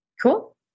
Cool